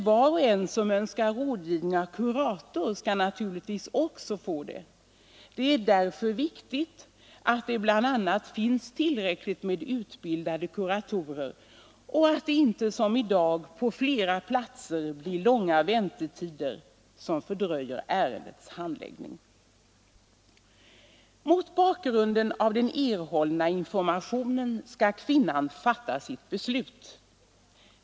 Var och en som önskar rådgivning av kurator skall naturligtvis få det. Det är därför viktigt att det finns tillräckligt med utbildade kuratorer och att det inte som i dag på flera platser blir långa väntetider, som fördröjer ärendets handläggning. Mot bakgrunden av den erhållna informationen skall kvinnan fatta sitt beslut.